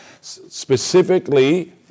specifically